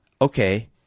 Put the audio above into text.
okay